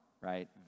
right